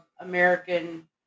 American